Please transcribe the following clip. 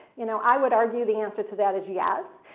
you know, i would argue the answer to that is yes.